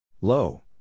Low